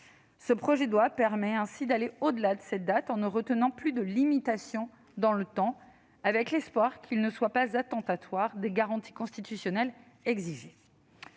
Ce projet de loi permet ainsi d'aller au-delà de cette date, en ne retenant plus de limitation dans le temps, avec l'espoir qu'une telle disposition ne soit pas attentatoire aux garanties constitutionnelles exigées.